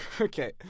Okay